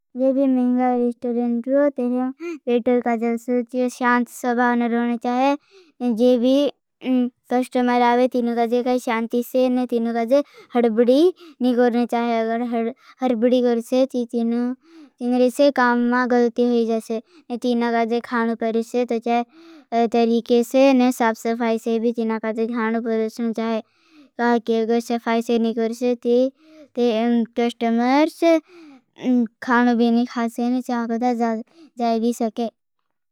जयभी महिंगा रिस्टोरेंड होते हैं। पेटल का जल सुत्यों शान्त सभान रोने चाहें। जयभी कॉस्टमर आवे। तीनों काजे काई शान्ती से न तीनों काजे हरबडी नी करने चाहें। अगर हरबडी करसें तीनों तीनों से काम मां गलती होई जासें। तीनों काजे खानों परेसें। तो तरीके से न साप सफाय से भी तीनों काजे खानों परेसें चाहें। क्योंकि अगर सफाय से नी करसें। ती कॉस्टमर खानों भी नी खासें चाहें जाए भी सकें।